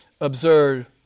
absurd